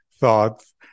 thoughts